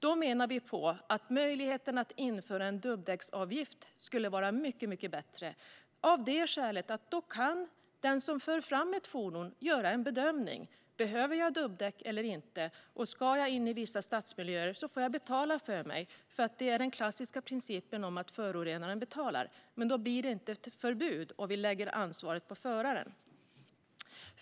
Vi menar dock att möjligheten att införa en dubbdäcksavgift skulle vara mycket bättre. Då kan den som framför ett fordon göra en bedömning av om dubbdäck behövs eller inte. Ska man in i vissa stadsmiljöer med dubbdäck får man betala för sig. Det är den klassiska principen om att förorenaren betalar. Då blir det inte ett förbud, och vi lägger ansvaret på föraren.